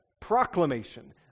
proclamation